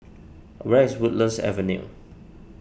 where is Woodlands Avenue